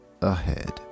ahead